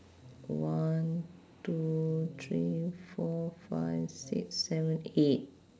one two three four five six seven eight